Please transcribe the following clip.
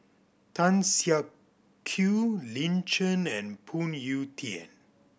Tan Siak Kew Lin Chen and Phoon Yew Tien